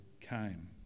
came